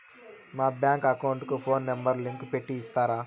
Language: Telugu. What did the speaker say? మా బ్యాంకు అకౌంట్ కు ఫోను నెంబర్ లింకు పెట్టి ఇస్తారా?